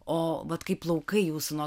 o vat kaip plaukai jūsų nuo